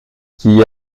qui